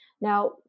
Now